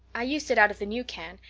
i used it out of the new can.